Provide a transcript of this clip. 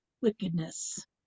wickedness